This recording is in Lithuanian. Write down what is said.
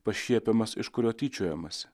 pašiepiamas iš kurio tyčiojamasi